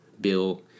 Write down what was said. Bill